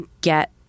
get